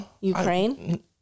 Ukraine